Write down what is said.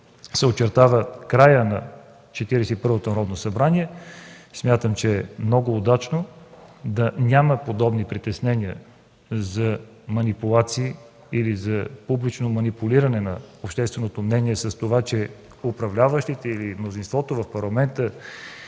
се очертава краят на Четиридесет и първото Народно събрание, смятам че е много удачно да няма подобни притеснения за манипулации или за публично манипулиране на общественото мнение с това, че управляващите или мнозинството в Парламента